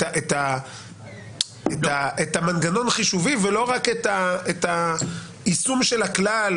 את המנגנון החישובי ולא רק את היישום של הכלל.